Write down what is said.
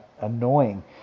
annoying